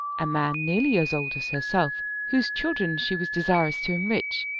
a man nearly as old as herself whose children she was desirous to enrich,